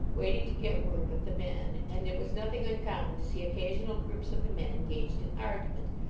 waiting to get word with the men, and it was nothing uncommon to see occasional groups of the men engaged in argument,